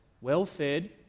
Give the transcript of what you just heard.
well-fed